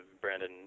Brandon